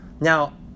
Now